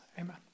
Amen